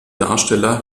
darsteller